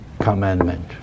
commandment